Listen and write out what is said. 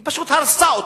היא פשוט הרסה אותו.